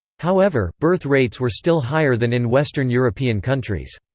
however, birth rates were still higher than in western european countries.